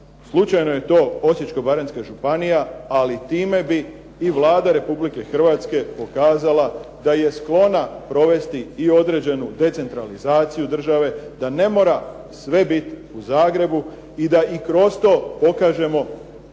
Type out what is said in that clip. Slučajno je to Osječko-baranjska županija, ali time bi i Vlada Republike Hrvatske pokazala da je sklona provesti i određenu decentralizaciju države, da ne mora sve biti u Zagrebu i da i kroz to pokažemo da